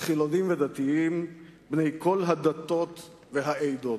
חילונים ודתיים, בני כל הדתות והעדות,